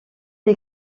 des